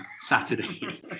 saturday